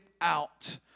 out